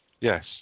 Yes